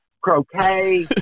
croquet